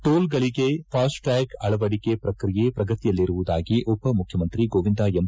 ಟೋಲ್ಗಳಿಗೆ FASTag ಅಳವಡಿಕೆ ಪ್ರಕ್ರಿಯೆ ಪ್ರಗತಿಯಲ್ಲಿರುವುದಾಗಿ ಉಪ ಮುಖ್ಯಮಂತ್ರಿ ಗೋವಿಂದ ಎಂ